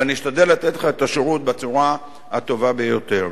ואני אשתדל לתת לך את השירות בצורה הטובה ביותר.